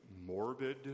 morbid